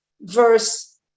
verse